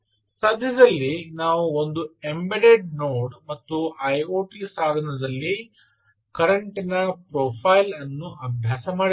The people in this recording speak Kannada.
ಸದ್ಯದಲ್ಲಿ ನಾವು ಒಂದು ಎಂಬೆಡೆಡ್ ನೋಡ್ ಮತ್ತು ಐಒಟಿ ಸಾಧನದಲ್ಲಿ ಕರೆಂಟಿನ ಪ್ರೊಫೈಲ ಅನ್ನು ಅಭ್ಯಾಸ ಮಾಡಿದ್ದೇವೆ